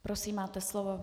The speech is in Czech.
Prosím, máte slovo.